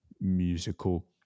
musical